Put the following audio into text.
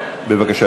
בבקשה,